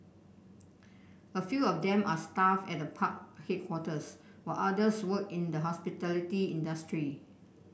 a few of them are staff at the park headquarters while others work in the hospitality industry